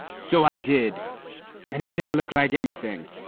so i did and it didn't look like anything.